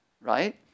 right